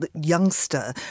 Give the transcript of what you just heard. youngster